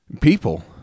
People